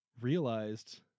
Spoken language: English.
realized